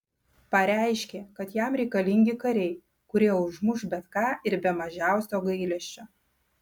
pareiškė kad jam reikalingi kariai kurie užmuš bet ką ir be mažiausio gailesčio